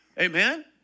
Amen